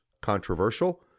controversial